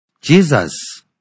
Jesus